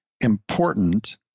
important